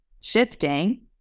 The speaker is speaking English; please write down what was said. shifting